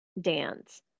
dance